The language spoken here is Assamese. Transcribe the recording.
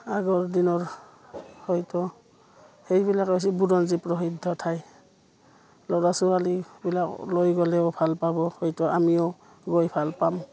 আগৰ দিনৰ হয়তো সেইবিলাক হৈছে বুৰঞ্জী প্ৰসিদ্ধ ঠাই ল'ৰা ছোৱালীবিলাক লৈ গ'লেও ভাল পাব হয়তো আমিও গৈ ভাল পাম